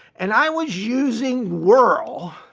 and i was using world.